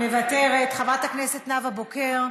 חבר הכנסת איתן ברושי,